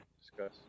discuss